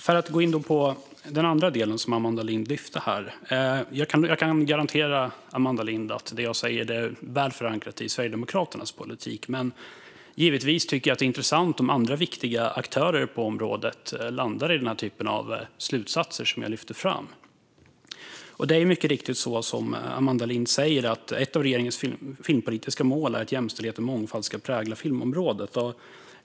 För att gå in på den andra delen som Amanda Lind tar upp kan jag garantera henne att det jag säger är väl förankrat i Sverigedemokraternas politik. Men givetvis tycker jag att det är intressant om andra, viktiga aktörer på området landar i den typ av slutsatser som jag lyfter fram. Det är mycket riktigt så som Amanda Lind säger att ett av regeringens filmpolitiska mål är att jämställdhet och mångfald ska prägla filmområdet.